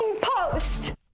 post